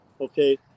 okay